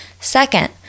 Second